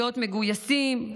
להיות מגויסים,